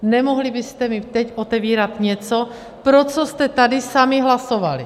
Nemohli byste mi teď otevírat něco, pro co jste tady sami hlasovali!